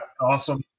awesome